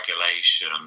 regulation